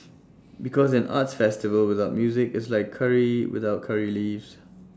because an arts festival without music is like Curry without Curry leaves